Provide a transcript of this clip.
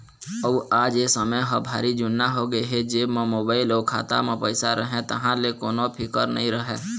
अउ आज ए समे ह भारी जुन्ना होगे हे जेब म मोबाईल अउ खाता म पइसा रहें तहाँ ले कोनो फिकर नइ रहय